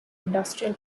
industrial